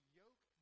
yoke